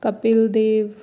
Kapil Dev